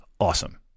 awesome